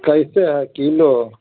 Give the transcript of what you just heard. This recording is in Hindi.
कैसे है किलो